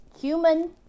human